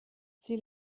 sie